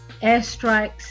airstrikes